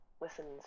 listens